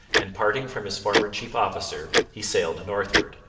and parting from his former chief officer, he sailed northward.